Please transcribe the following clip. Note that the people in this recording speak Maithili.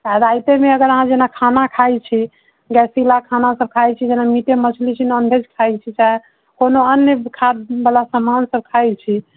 आ राति मे अगर अहाँ जेना खाना खाइ छी गैसिला खाना सभ खाइ छी जेना मीटे मछली छै नॉनवेज खाइ छी तऽ कोनो अन्य खाद बला समान सभ खाइ छी